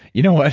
you know what,